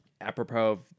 apropos